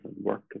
work